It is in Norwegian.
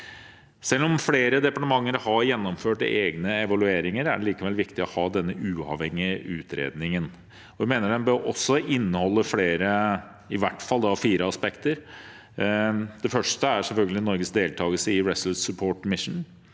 Selv om flere departementer har gjennomført egne evalueringer, er det likevel viktig å ha denne uavhengige utredningen. Jeg mener den også bør inneholde flere aspekter, i hvert fall fire. Det første er selvfølgelig Norges deltagelse i Resolute Support Mission,